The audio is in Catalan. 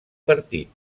partit